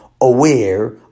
aware